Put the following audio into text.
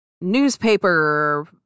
newspaper